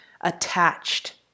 attached